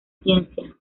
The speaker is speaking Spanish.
ciencia